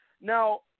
Now